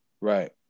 Right